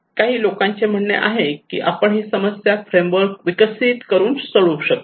काही लोकांचे म्हणणे आहे की आपण ही समस्या फ्रेमवर्क विकसित करून सोडवू शकतो